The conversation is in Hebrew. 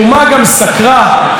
חבר הכנסת עודה,